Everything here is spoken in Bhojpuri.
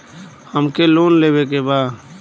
हमके लोन लेवे के बा?